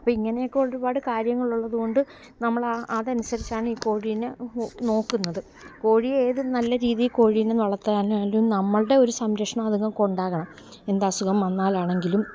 അപ്പം ഇങ്ങനെയൊക്കെ ഒരുപാട് കാര്യങ്ങളുള്ളതു കൊണ്ട് നമ്മളാ അതനുസരിച്ചാണ് ഈ കോഴീനെ നോ നോക്കുന്നത് കോഴിയെ ഏതു നല്ല രീതിയിൽ കോഴീനെ വളത്താനായാലും നമ്മളുടെയൊരു സംരക്ഷണം അതുങ്ങള്ക്കുണ്ടാകണം എന്തസുഖം വന്നാലാണെങ്കിലും